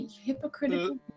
Hypocritical